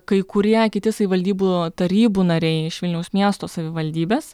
kai kurie kiti savivaldybių tarybų nariai iš vilniaus miesto savivaldybės